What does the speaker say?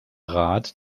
rat